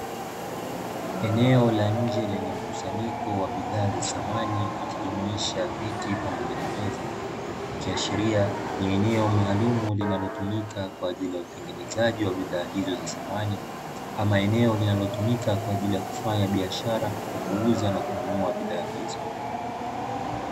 Eneo la nje lenye mkusanyiko wa bidhaa za samani, ikijumuisha vitu pamoja na meza ikiashiria ni eneo maalumu linalotumika kwa ajili ya utengenezaji wa bidhaa hizo za samani. Ama eneo linalotumika kwa ajili kufanya biashara kwa kuuza na kununua bidhaa hizi.